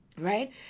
right